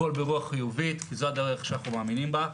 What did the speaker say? הכול ברוח חיובית, כי זו הדרך שאנחנו מאמינים בה.